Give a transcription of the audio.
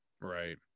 Right